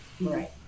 Right